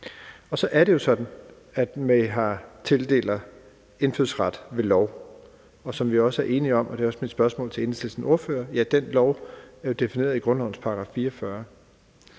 Så er det jo sådan, at man tildeler indfødsret ved lov, hvilket vi også er enige om, og det er også mit spørgsmål til Enhedslistens ordfører. Ja, den lov er jo defineret i grundlovens § 44.